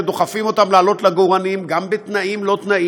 שדוחפים אותם לעלות לעגורנים גם בתנאים-לא-תנאים,